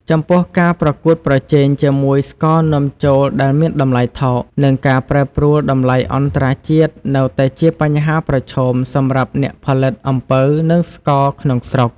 ចំពោះការប្រកួតប្រជែងជាមួយស្ករនាំចូលដែលមានតម្លៃថោក និងការប្រែប្រួលតម្លៃអន្តរជាតិនៅតែជាបញ្ហាប្រឈមសម្រាប់អ្នកផលិតអំពៅ និងស្ករក្នុងស្រុក។